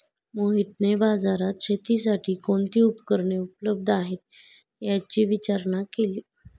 मोहितने बाजारात शेतीसाठी कोणती उपकरणे उपलब्ध आहेत, याची विचारणा केली